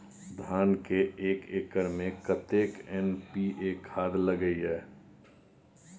धान के एक एकर में कतेक एन.पी.ए खाद लगे इ?